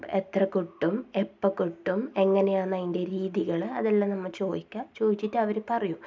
എത്ര കിട്ടും എപ്പോൾ കിട്ടും എങ്ങനെയാണ് അതിൻ്റെ രീതികൾ അതെല്ലാം നമ്മൾ ചോദിക്കുക ചോദിച്ചിട്ട് അവർ പറയും